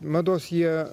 mados jie